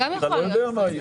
אתה לא יודע מה יהיה.